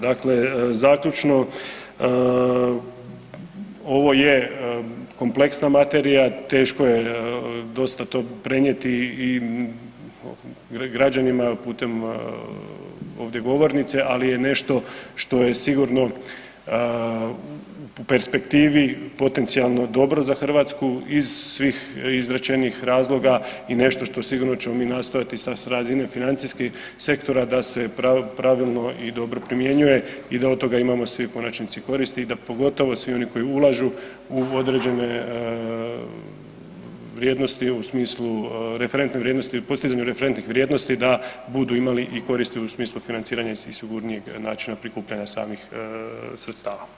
Dakle, zaključno, ovo je kompleksna materija, teško je dosta tog prenijeti i građanima putem ovdje govornice ali je nešto što je sigurno u perspektivi potencijalno dobro za Hrvatsku iz svih izrečenih razloga i nešto što sigurno ćemo mi nastojati s razine financijskih sektora da se pravilno i dobro primjenjuje i da od toga imamo svi u konačnici koristi i da pogotovo svi oni koji ulažu u određene vrijednosti u smislu referentne vrijednosti, u postizanju referentnih vrijednosti, da budu imali i koristi u smislu financiranja iz sigurnije način prikupljanja samih sredstava.